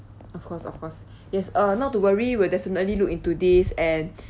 of course of course yes uh not to worry we'll definitely look into this and